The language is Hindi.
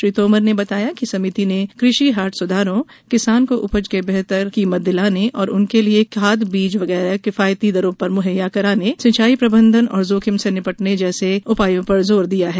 श्री तोमर ने बताया कि समिति ने कृषि हाट सुधारों किसानों को उपज के बेहतर कीमत दिलाने उनके लिए खाद बीज वगैरह किफायती दरों पर मुहैया कराने सिचाई प्रबंधन और जोखिम से निपटने जैसे उपायों पर जोर दिया है